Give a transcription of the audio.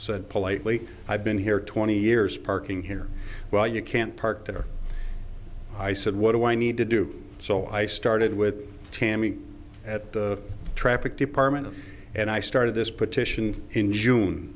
said politely i've been here twenty years parking here well you can't park there i said what do i need to do so i started with tammy at the traffic department and i started this petition in june